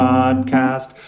Podcast